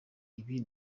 ibi